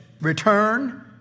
return